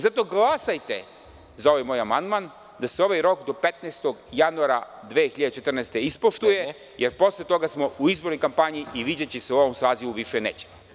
Zato glasajte za ovaj moj amandman, da se ovaj rok do 15. januara 2014. godine ispoštuje, jer posle toga smo u izbornoj kampanji i videti se u ovom sazivu više nećemo.